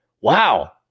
Wow